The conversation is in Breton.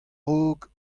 raok